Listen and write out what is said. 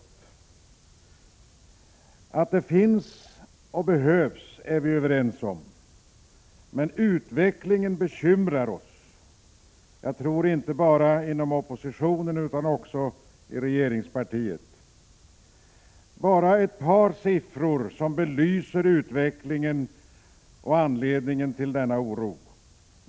Att socialbidraget finns och behövs är vi överens om, men utvecklingen bekymrar oss — troligen inte bara inom oppositionen utan också i regeringspartiet. Jag skall bara nämna ett par siffror, som belyser utvecklingen och anledningen till denna oro.